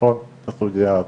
לבחון את הסוגייה הזאת.